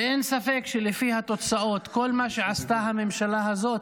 ואין ספק שלפי התוצאות, כל מה שעשתה הממשלה הזאת,